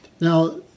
Now